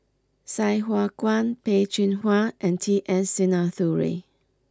Sai Hua Kuan Peh Chin Hua and T S Sinnathuray